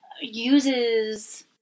uses